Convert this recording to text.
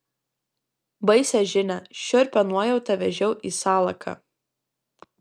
baisią žinią šiurpią nuojautą vežiau į salaką